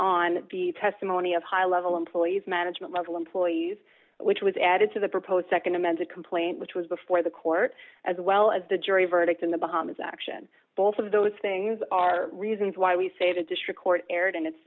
on the testimony of high level employees management level employees which was added to the proposed nd amended complaint which was before the court as well as the jury verdict in the bahamas action both of those things are reasons why we say the district court erred in it